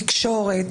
תקשורת,